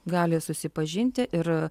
gali susipažinti ir